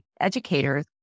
educators